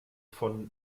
von